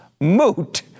moot